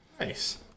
Nice